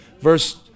Verse